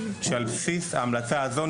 שעל בסיס ההמלצה הזאת,